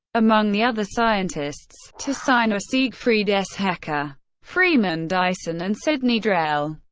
among the other scientists to sign are siegfried s. hecker freeman dyson, and sidney drell.